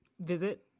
visit